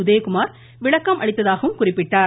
உதயகுமார் விளக்கம் அளித்ததாகவும் குறிப்பிட்டார்